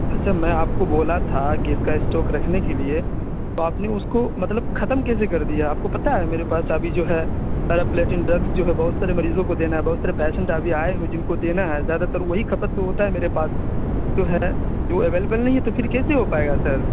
سر میں آپ کو بولا تھا کہ اس کا اسٹاک رکھنے کے لیے تو آپ نے اس کو مطلب ختم کیسے کر دیا آپ کو پتہ ہے میرے پاس ابھی جو ہے پیراپلیٹنگ ڈرگس جو ہے بہت سارے مریضوں کو دینا ہے بہت سارے پیشنٹ ابھی آئے ہیں جن کو دینا ہے زیادہ تر وہی کھپت تو ہوتا ہے میرے پاس جو ہے وہ اویلیبل نہیں ہے تو پھر کیسے ہو پائے گا سر